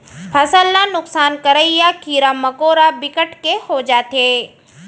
फसल ल नुकसान करइया कीरा मकोरा बिकट के हो जाथे